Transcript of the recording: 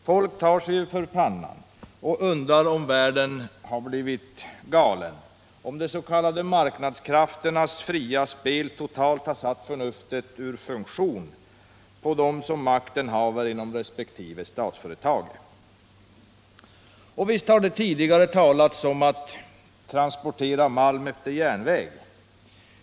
Folk tar sig för pannan och undrar om världen har blivit galen, om de s.k. marknadskrafternas fria spel totalt har satt förnuftet ur funktion på dem som makten haver inom resp. statsföretag. Visst har det tidigare talats om att transportera malm efter landsväg.